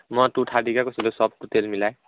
মই টু থাৰ্টিকৈ কৈছিলোঁ চব টোটেল মিলাই